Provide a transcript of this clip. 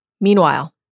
Meanwhile